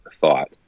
thought